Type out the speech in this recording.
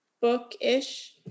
book-ish